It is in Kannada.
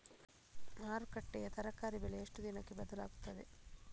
ಮಾರುಕಟ್ಟೆಯ ತರಕಾರಿ ಬೆಲೆ ಎಷ್ಟು ದಿನಕ್ಕೆ ಬದಲಾಗುತ್ತದೆ?